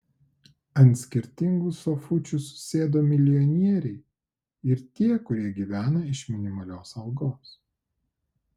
ant skirtingų sofučių susėdo milijonieriai ir tie kurie gyvena iš minimalios algos